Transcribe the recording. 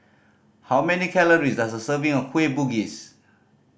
how many calories does a serving of Kueh Bugis